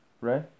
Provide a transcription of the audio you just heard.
right